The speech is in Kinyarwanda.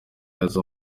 yahise